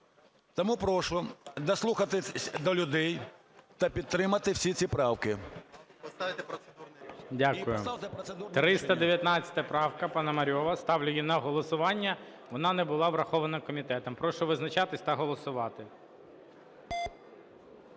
Тому прошу дослухатись до людей та підтримати всі ці правки. ГОЛОВУЮЧИЙ. Дякую. 319 правка Пономарьова, ставлю її на голосування. Вона не була врахована комітетом. Прошу визначатись та голосувати.